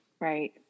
Right